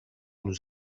nous